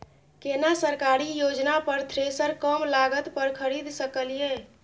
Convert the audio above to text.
केना सरकारी योजना पर थ्रेसर कम लागत पर खरीद सकलिए?